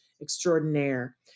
extraordinaire